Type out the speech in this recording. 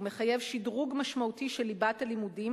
הוא מחייב שדרוג משמעותי של ליבת הלימודים